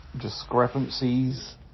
discrepancies